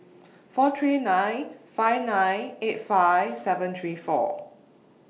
four three nine five nine eight five seven three four